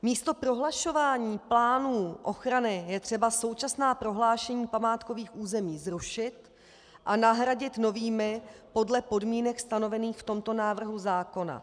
Místo prohlašování plánů ochrany je třeba současná prohlášení památkových území zrušit a nahradit novými podle podmínek stanovených v tomto návrhu zákona.